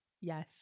Yes